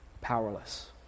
powerless